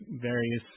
various